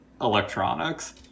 electronics